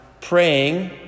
praying